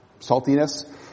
saltiness